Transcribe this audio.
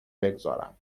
بگذارم